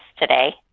today